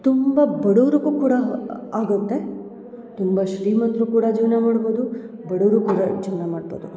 ತುಂಬ ಬಡವ್ರಿಗು ಕೂಡ ಆಗುತ್ತೆ ತುಂಬ ಶ್ರೀಮಂತರು ಕೂಡ ಜೀವನ ಮಾಡ್ಬೋದು ಬಡವ್ರು ಕೂಡ ಜೀವನ ಮಾಡ್ಬೋದು